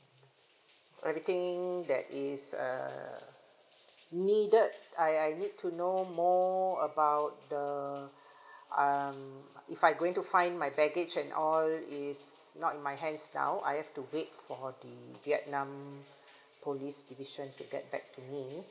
everything that is uh needed I I need to know more about the um if I'm going to find my baggage and all is not in my hands now I have to wait for the vietnam polices division to get back to me